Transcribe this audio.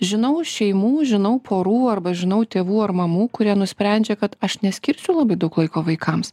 žinau šeimų žinau porų arba žinau tėvų ar mamų kurie nusprendžia kad aš neskirsiu labai daug laiko vaikams